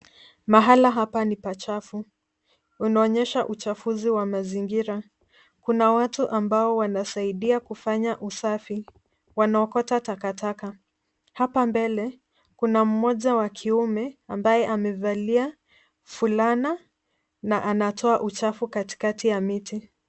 Mahali hapa ni pachafu, unaonyesha uchafuzi wa mazingra. Kuna watu ambao wanasaidia kufanya usafi; wanaokota takataka. Hapa mbele kuna mmoja wa kiume ambaye amevalia fulana na anatoa uchafu katikati ya miti.